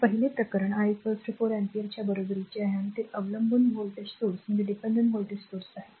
तर पहिले प्रकरण I 4 अँपिअरच्या बरोबरीचे आहे आणि ते अवलंबून व्होल्टेज स्त्रोतआहे